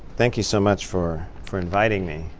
thank you so much for for inviting me.